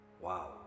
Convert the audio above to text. Wow